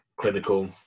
clinical